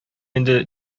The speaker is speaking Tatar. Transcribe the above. инде